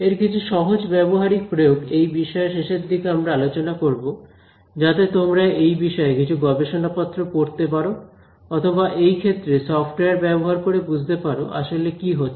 এর কিছু সহজ ব্যবহারিক প্রয়োগ এই বিষয়ের শেষের দিকে আমরা আলোচনা করব যাতে তোমরা এই বিষয়ে কিছু গবেষণা পত্র পড়তে পারো অথবা এই ক্ষেত্রে সফটওয়্যার ব্যবহার করে বুঝতে পারো আসলে কি হচ্ছে